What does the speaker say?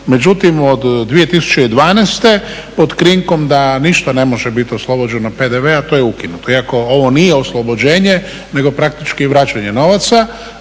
Međutim, od 2012. pod krinkom da ništa ne može biti oslobođeno PDV-a to je ukinuto iako ovo nije oslobođenje nego praktički vraćanje novaca